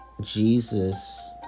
Jesus